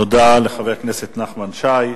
תודה לחבר הכנסת נחמן שי.